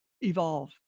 evolve